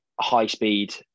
high-speed